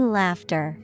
laughter